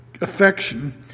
affection